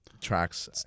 tracks